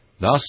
Thus